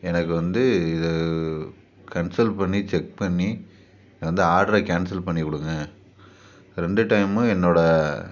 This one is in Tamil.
எனக்கு வந்து இது கன்சல்ட் பண்ணி செக் பண்ணி இது வந்து ஆட்ரை கேன்சல் பண்ணிக் கொடுங்க ரெண்டு டைமும் என்னோடய